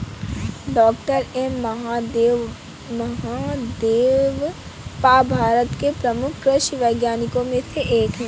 doctor M Mahadevappa Bharat के प्रमुख कृषि वैज्ञानिकों में से एक हैं